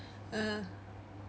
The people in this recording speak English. ah